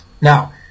now